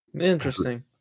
Interesting